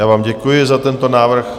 Já vám děkuji za tento návrh.